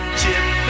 chip